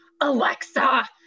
Alexa